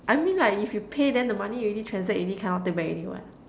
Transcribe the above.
I mean like if you pay then the money already transact already cannot take back already [what]